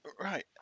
Right